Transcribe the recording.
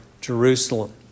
Jerusalem